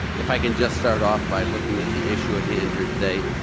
if i can just start off by looking at the issue at hand here today,